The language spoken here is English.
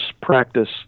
practice